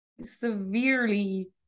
severely